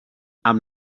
amb